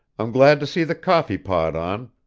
i'm glad to see the coffee-pot on.